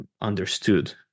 understood